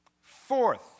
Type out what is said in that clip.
Fourth